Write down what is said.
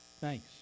thanks